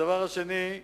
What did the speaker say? הדבר השני,